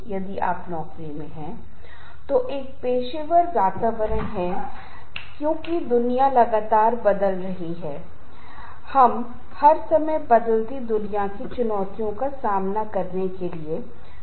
ये जीवन की घटनाओं में परिवर्तन हैं जो भी कारण बनते हैं वे भी तनाव के परिणाम हैं और जैसे करीबी रिश्तेदारों की मृत्यु तनाव का कारण होगी क्योंकि तनाव के कारण लैंगिक कठिनाइयां होंगी आदतों में बदलाव होगा या सह वर्कर्स और बॉस के सह के साथ परेशानी होगी